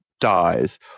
dies